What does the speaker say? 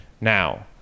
now